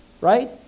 right